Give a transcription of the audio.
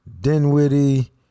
Dinwiddie